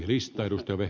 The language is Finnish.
arvoisa puhemies